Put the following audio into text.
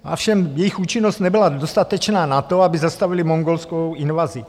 Ovšem jejich účinnost nebyla dostatečná na to, aby zastavili mongolskou invazi.